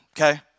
okay